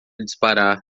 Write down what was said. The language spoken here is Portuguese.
disparar